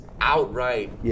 outright